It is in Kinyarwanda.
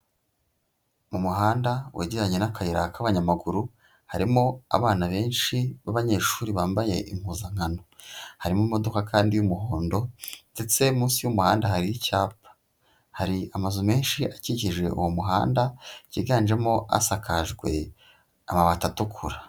Mu muhanda wegeranye n'akayira k'abanyamaguru, harimo abana benshi b'abanyeshuri bambaye impuzankano, harimo imodoka kandi y'umuhondo ndetse munsi y'umuhanda hari icyapa, hari amazu menshi akikije uwo muhanda yiganjemo asakajwe amabati atukura.